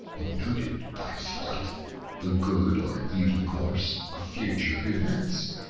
noted by his flight the good or evil course of future events.